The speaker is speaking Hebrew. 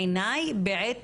בעיניי, בעת